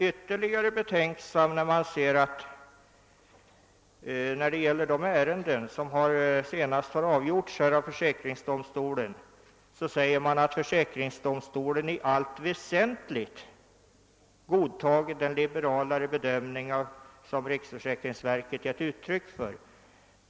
Ytterligare betänksam blir jag när jag i riksförsäkringsverkets yttrande angående de ärenden som senast har avgjorts av försäkringsdomstolen läser »att domstolen i allt väsentligt godtagit den liberalare bedömning som riksförsäkringsverket ——— gett uttryck för».